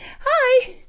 hi